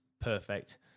Perfect